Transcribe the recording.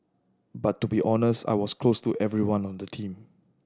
but to be honest I was close to everyone on the team